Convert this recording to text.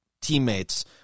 teammates